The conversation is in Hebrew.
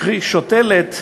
קרי, שותלת,